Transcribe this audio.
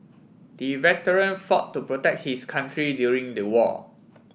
the veteran fought to protect his country during the war